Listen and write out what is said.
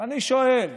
ואני שואל